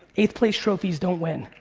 eight place trophies don't win.